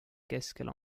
keskel